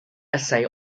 essay